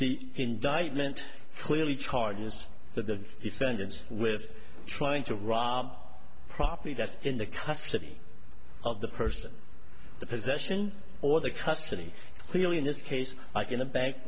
the indictment clearly charges that the defendants with trying to rob property that's in the custody of the person the possession or the custody clearly in this case like in a bank